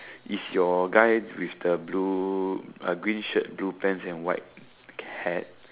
is your guy with the blue uh green shirt blue pants and white hat